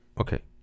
Okay